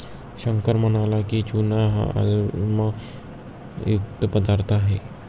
शंकर म्हणाला की, चूना हा आम्लयुक्त पदार्थ आहे